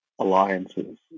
alliances